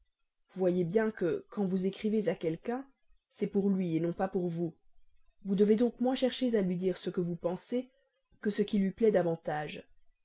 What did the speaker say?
vous voyez bien que quand vous écrivez à quelqu'un c'est pour lui non pas pour vous vous devez donc moins chercher à lui dire ce que vous pensez que ce qui lui plaît davantage